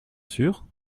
sûr